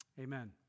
Amen